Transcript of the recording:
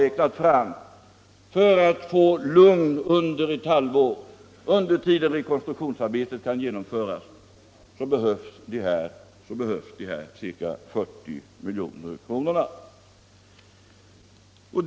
Och för att få lugn under ett halvår, alltså under den tid då rekonstruktionsarbetet skall genomföras, har jag räknat fram att det behövs ca 40 milj.kr.